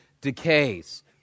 decays